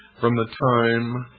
from the time